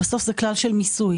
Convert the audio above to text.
בסוף זה כלל של מיסוי.